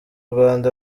rwanda